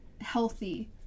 healthy